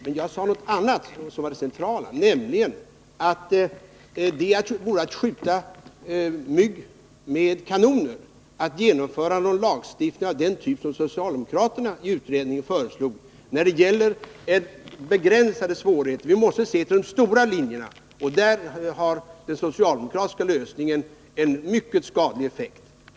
Men jag sade något annat, som var det centrala, nämligen att det vore att skjuta mygg med kanon att genomföra någon lagstiftning av den typ som socialdemokraterna i utredningen föreslog, när det gäller begränsade svårigheter. Vi måste se till de stora linjerna. Där har den socialdemokratiska lösningen en mycket skadlig effekt.